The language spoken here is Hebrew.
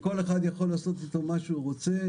שכל אחד יכול לעשות איתו מה שהוא רוצה.